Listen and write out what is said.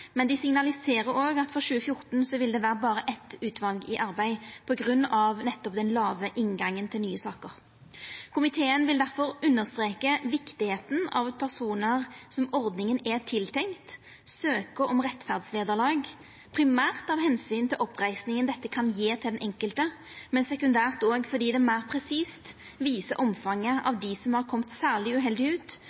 men dei signaliserer at frå 2014 vil det vera berre eitt utval i arbeid, på grunn av nettopp den lave inngangen til nye saker. Komiteen vil derfor understreka viktigheita av at personar som ordninga er tiltenkt, søkjer om rettferdsvederlag – primært av omsyn til oppreisinga dette kan gje til den einskilde, men sekundært fordi det meir presist viser omfanget av dei som har kome særleg uheldig ut,